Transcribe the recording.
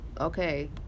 Okay